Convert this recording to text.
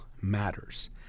matters